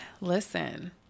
listen